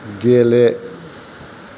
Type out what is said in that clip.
गेले